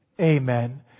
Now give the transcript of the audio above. amen